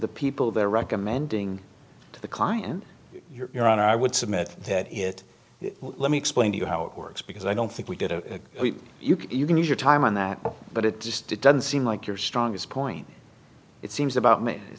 the people they're recommending to the client you're on i would submit that it let me explain to you how it works because i don't think we did a we you can use your time on that but it just doesn't seem like your strongest point it seems about me it